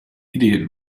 idiot